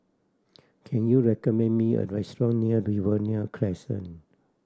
can you recommend me a restaurant near Riverina Crescent